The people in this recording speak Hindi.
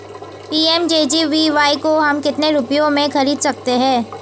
पी.एम.जे.जे.बी.वाय को हम कितने रुपयों में खरीद सकते हैं?